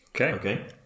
okay